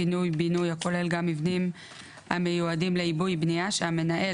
פינוי-בינוי הכולל גם מבנים המיועדים לעיבוי בנייה שהמנהל,